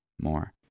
more